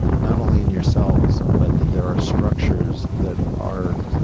not only in yourselves, but that there are structures that are